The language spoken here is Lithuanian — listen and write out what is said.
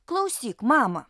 klausyk mama